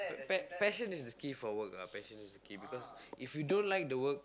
pa~ passion is the key for work ah passion is the key because if you don't like the work